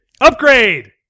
Upgrade